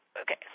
Okay